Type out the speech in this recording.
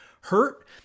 hurt